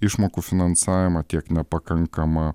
išmokų finansavimą tiek nepakankamą